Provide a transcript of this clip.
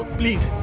please.